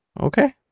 Okay